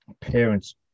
parents